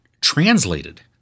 translated